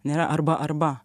nėra arba arba